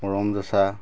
মৰম যচা